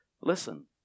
listen